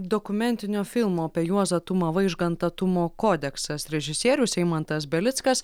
dokumentinio filmo apie juozą tumą vaižgantą tumo kodeksas režisierius eimantas belickas